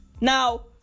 Now